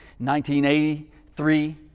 1983